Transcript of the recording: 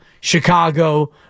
Chicago